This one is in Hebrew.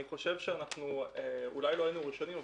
אני חושב שאולי לא היינו ראשונים,